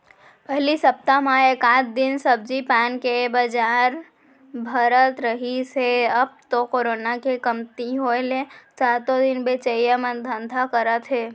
पहिली सप्ता म एकात दिन सब्जी पान के बजार भरात रिहिस हे अब तो करोना के कमती होय ले सातो दिन बेचइया मन धंधा करत हे